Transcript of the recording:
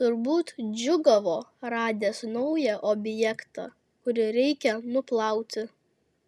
turbūt džiūgavo radęs naują objektą kurį reikia nuplauti